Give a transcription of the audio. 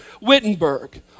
Wittenberg